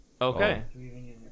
Okay